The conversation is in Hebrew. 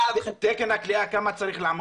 תקן הכליאה כמה צריך לעמוד?